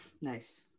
Nice